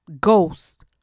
ghost